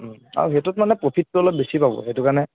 আৰু সেইটোত মানে প্ৰফিটটো অলপ বেছি পাব সেইটো কাৰণে